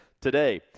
today